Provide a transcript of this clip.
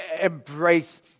embrace